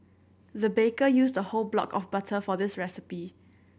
the baker used a whole block of butter for this recipe